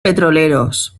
petroleros